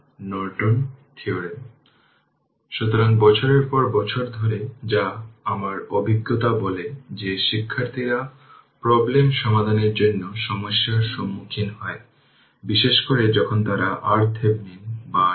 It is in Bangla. কিন্তু শর্ট সার্কিট হলে তা কিছুই অনুসরণ করবে না